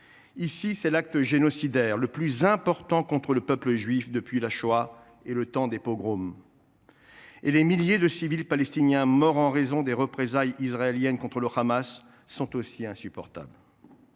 Ici, c’est l’acte génocidaire le plus important contre le peuple juif depuis la Shoah et le temps des pogroms. Et les milliers de civils palestiniens, morts en raison des représailles israéliennes contre le Hamas, sont tout aussi insupportables.